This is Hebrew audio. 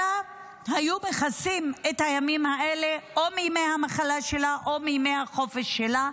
אלא היו מכסים את הימים האלה מימי המחלה שלה או מימי החופש שלה.